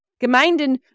Gemeinden